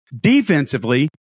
Defensively